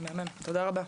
תודה רבה.